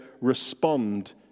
respond